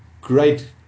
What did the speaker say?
great